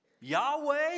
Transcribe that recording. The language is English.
Yahweh